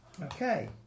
Okay